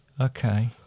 Okay